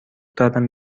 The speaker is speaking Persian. دارم